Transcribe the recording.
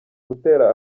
gutera